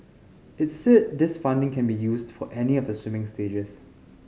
it said this funding can be used for any of the swimming stages